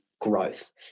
growth